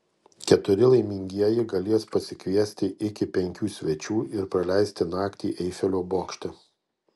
keturi laimingieji galės pasikviesti iki penkių svečių ir praleisti naktį eifelio bokšte